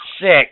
Six